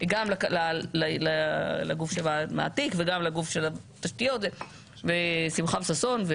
גם לגוף המעתיק וגם לגוף של התשתיות שמחה וששון.